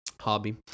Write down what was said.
hobby